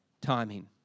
timing